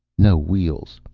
no wheels,